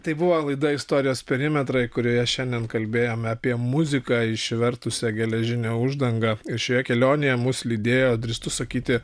tai buvo laida istorijos perimetrai kurioje šiandien kalbėjome apie muziką išvertusią geležinę uždangą ir šioje kelionėje mus lydėjo drįstu sakyti